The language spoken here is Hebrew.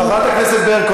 חברת הכנסת ברקו,